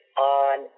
on